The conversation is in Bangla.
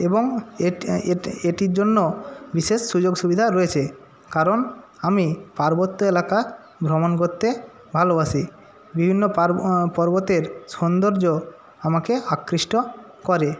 এবং এটির জন্য বিশেষ সুযোগ সুবিধা রয়েছে কারণ আমি পার্বত্য এলাকা ভ্রমণ করতে ভালোবাসি বিভিন্ন পর্বতের সৌন্দর্য আমাকে আকৃষ্ট করে